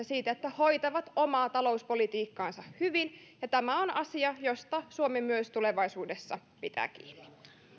siitä että hoitaa omaa talouspolitiikkaansa hyvin tämä on asia josta suomi myös tulevaisuudessa pitää kiinni